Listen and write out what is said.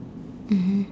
mmhmm